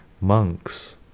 Monks